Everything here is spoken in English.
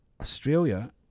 australia